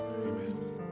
Amen